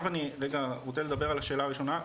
אני רגע רוצה לדבר על השאלה הראשונה,